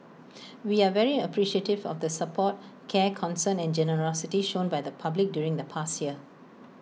we are very appreciative of the support care concern and generosity shown by the public during the past year